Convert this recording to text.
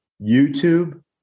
YouTube